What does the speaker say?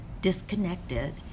disconnected